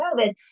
COVID